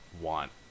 want